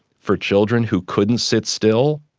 for children who couldn't sit still,